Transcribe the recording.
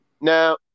Now